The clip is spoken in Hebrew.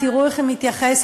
תראו איך היא מתייחסת.